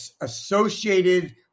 associated